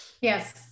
Yes